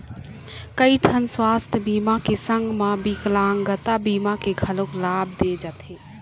कइठन सुवास्थ बीमा के संग म बिकलांगता बीमा के घलोक लाभ दे जाथे